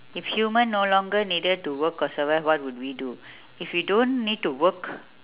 if human no longer needed to work or survive what would we do if we don't need to work